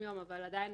יש לך תשובה,